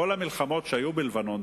כל המלחמות שהיו בלבנון,